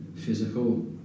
physical